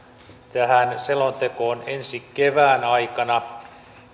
tähän selontekoon ensi kevään aikana